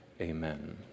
Amen